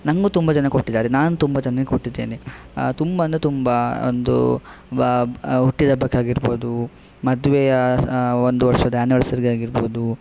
ನಂಗೂ ತುಂಬ ಜನ ಕೊಟ್ಟಿದ್ದಾರೆ ನಾನು ತುಂಬ ಜನಕ್ಕೆ ಕೊಟ್ಟಿದ್ದೇನೆ ತುಂಬ ಅಂದರೆ ತುಂಬಾ ಒಂದು ಬ ಹುಟ್ಟಿದಬ್ಬಕ್ಕಾಗಿರಬಹುದು ಮದುವೆಯ ಒಂದು ವರ್ಷದ ಆ್ಯನಿವರ್ಸರಿಗಾಗಿರಬಹುದು